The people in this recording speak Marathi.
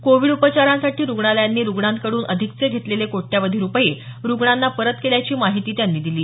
कोविड उपचारांसाठी रुग्णालयांनी रुग्णांकडून अधिकचे घेतलेले कोट्यवधी रुपये रुग्णांना परत केल्याची माहिती त्यांनी दिली